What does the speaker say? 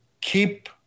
keep